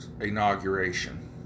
inauguration